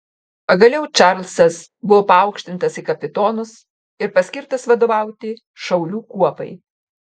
pagaliau čarlzas buvo paaukštintas į kapitonus ir paskirtas vadovauti šaulių kuopai